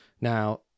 Now